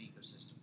ecosystem